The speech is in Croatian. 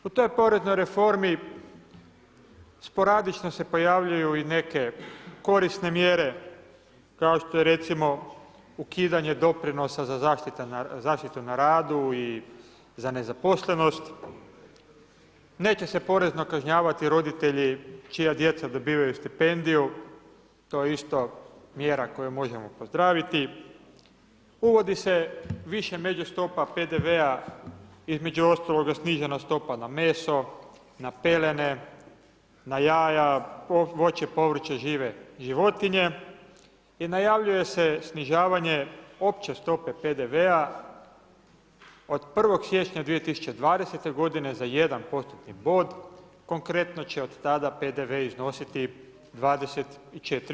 U toj poreznoj reformi sporadično se pojavljuju i neke korisne mjere, kao što je recimo ukidanje doprinosa za zaštitu na radu i za nezaposlenost, neće se porezno kažnjavati roditelji čija djeca dobivaju stipendiju, to je isto mjera koju možemo pozdraviti, uvodi se više međustopa PDV-a, između ostaloga snižena stopa na meso, na pelene, na jaja, voće, povrće, žive životinje i najavljuje se snižavanja opće stope PDV-a od 1. siječnja 2020. godine za 1% bod, konkretno će od tada PDV iznositi 24%